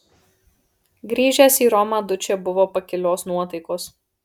grįžęs į romą dučė buvo pakilios nuotaikos